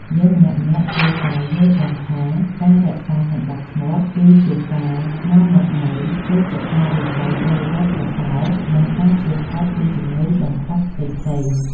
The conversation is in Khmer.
យើងម្នាក់ៗគួរតែយល់ដឹងថាការរក្សាសណ្តាប់ធ្នាប់ គឺជាការនាំមកនូវជោគជតារាសីដ៏ល្អប្រសើរ និងការជៀសផុតពីជំងឺតម្កាត់ផ្សេងៗ។